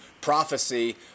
prophecy